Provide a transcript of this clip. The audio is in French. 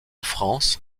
france